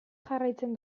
jarraitzen